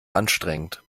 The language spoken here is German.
anstrengend